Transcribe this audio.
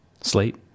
Slate